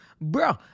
Bro